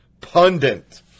pundit